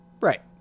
Right